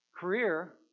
Career